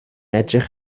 edrych